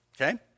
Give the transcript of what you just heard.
Okay